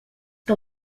que